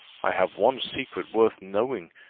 i have one secret worth knowing,